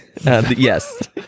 Yes